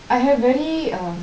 I have very uh